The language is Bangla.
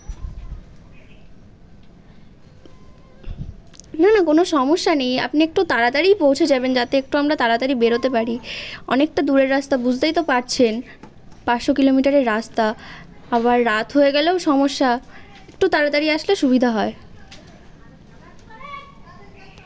না না কোনো সমস্যা নেই আপনি একটু তাড়াতাড়ি পৌঁছে যাবেন যাতে একটু আমরা তাড়াতাড়ি বেরোতে পারি অনেকটা দূরের রাস্তা বুঝতেই তো পারছেন পাঁচশো কিলোমিটারের রাস্তা আবার রাত হয়ে গেলেও সমস্যা একটু তাড়াতাড়ি আসলে সুবিধা হয়